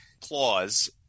clause